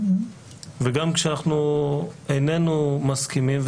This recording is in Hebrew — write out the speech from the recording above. וגם כשאנחנו איננו מסכימים,